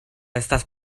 estas